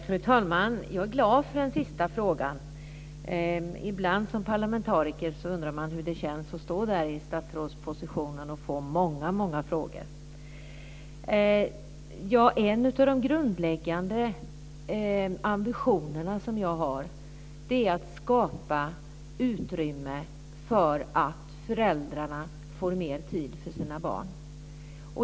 Fru talman! Jag är glad för den sista frågan. Ibland undrar man som parlamentariker hur det känns att stå där i statsrådspositionen och få många frågor. En av de grundläggande ambitionerna som jag har är att skapa utrymme för att föräldrarna ska få mer tid för sina barn.